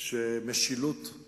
שמשילות היא